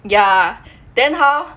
ya then how